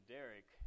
Derek